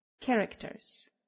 Characters